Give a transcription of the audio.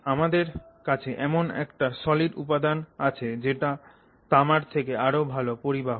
আমাদের কাছে এমন একটা সলিড উপাদান আছে যেটা তামার থেকে আরও ভালো পরিবাহক